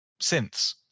synths